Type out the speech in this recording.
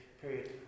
period